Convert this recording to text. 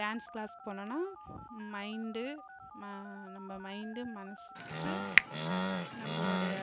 dance க்ளாஸ்க்கு போனோம்னால் mind நம்ம மைண்டு மனது நம்மளுடைய